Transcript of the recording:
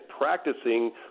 practicing